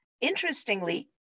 interestingly